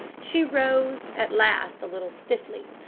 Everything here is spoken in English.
she rose at last a little stiffly,